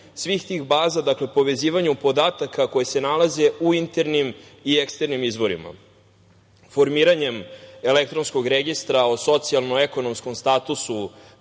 svih tih baza, dakle povezivanju podataka koji se nalaze u internim i eksternim izvorima. Formiranjem elektronskog registra o socijalno-ekonomskom statusu